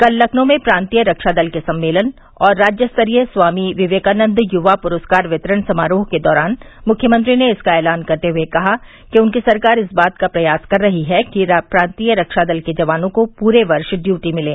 कल लखनऊ में प्रान्तीय रक्षा दल के सम्मेलन और राज्य स्तरीय स्वामी विवेकानन्द युवा पुरस्कार वितरण समारोह के दौरान मुख्यमंत्री ने इसका ऐलान करते हुए कहा कि उनकी सरकार इस बात का प्रयास कर रही है कि प्रान्तीय रक्षा दल के जवानों को पूरे वर्ष ड़यूटी मिलें